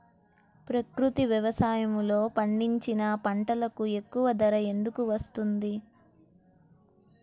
ప్రకృతి వ్యవసాయములో పండించిన పంటలకు ఎక్కువ ధర ఎందుకు వస్తుంది?